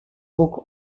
book